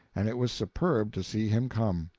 and it was superb to see him come.